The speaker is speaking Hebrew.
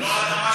בית לא חוקי.